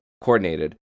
coordinated